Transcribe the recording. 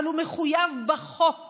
אבל הוא מחויב בחוק